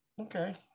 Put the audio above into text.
Okay